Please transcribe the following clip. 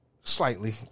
Slightly